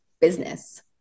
business